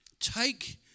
take